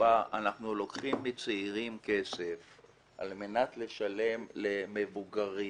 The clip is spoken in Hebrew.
שבה אנחנו לוקחים מצעירים כסף על מנת לשלם למבוגרים